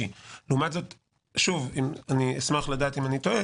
לעומת זאת אשמח לדעת אם אני טועה